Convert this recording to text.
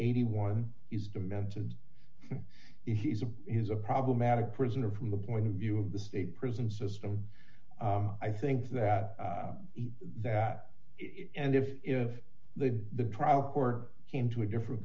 eighty one is demented he's a he's a problematic prisoner from the point of view of the state prison system i think that that it and if the trial court came to a different